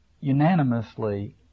unanimously